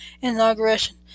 inauguration